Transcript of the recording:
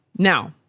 Now